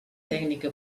tècnica